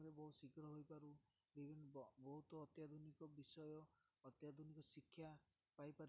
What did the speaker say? ଖୁବ୍ ଶୀଘ୍ର ହୋଇପାରୁ ବିଭିନ୍ନ ବହୁତ ଅତ୍ୟାଧୁନିକ ବିଷୟ ଅତ୍ୟାଧୁନିକ ଶିକ୍ଷା ପାଇପାରୁଥାଉ